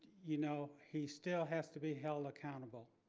you know, he still has to be held accountable.